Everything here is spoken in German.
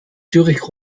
zürich